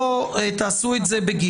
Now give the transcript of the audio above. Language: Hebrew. או תעשו את זה ב-(ג),